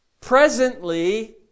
Presently